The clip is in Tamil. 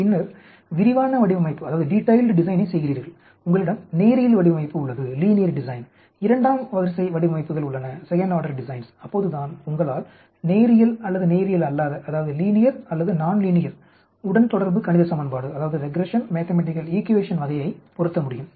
பின்னர் விரிவான வடிவமைப்பைச் செய்கிறீர்கள் உங்களிடம் நேரியல் வடிவமைப்பு உள்ளது இரண்டாம் வரிசை வடிவமைப்புகள் உள்ளன அப்போதுதான் உங்களால் நேரியல் அல்லது நேரியல் அல்லாத உடன்தொடர்பு கணித சமன்பாட்டின் வகையைப் பொருத்த முடியும்